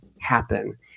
happen